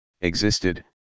existed